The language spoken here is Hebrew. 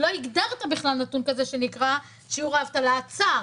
לא הגדרת בכלל נתון כזה שנקרא שיעור האבטלה הצר,